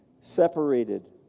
separated